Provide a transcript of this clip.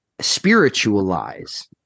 spiritualize